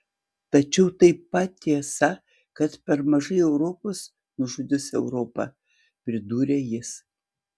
tačiau taip pat tiesa kad per mažai europos nužudys europą pridūrė jis